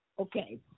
Okay